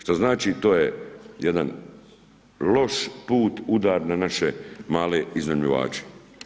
Što znači to je jedan loš put, udar na naše male iznajmljivače.